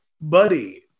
Buddy